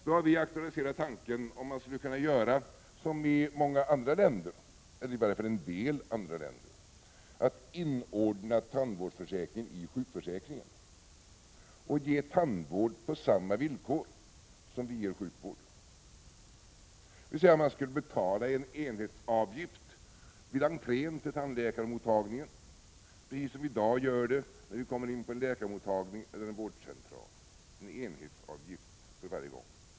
Då har vi aktualiserat tanken på att man kanske skulle kunna göra som i många andra länder, eller i varje fall i en del andra länder, nämligen att inordna tandvårdsförsäkringen i sjukförsäkringen och ge tandvård på samma villkor som vi ger sjukvård. Man skulle betala en enhetsavgift vid entrén till tandläkarmottagningen på samma sätt som vi i dag gör när vi kommer in på en läkarmottagning eller på en vårdcentral, dvs. en enhetsavgift vid varje besök.